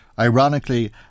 Ironically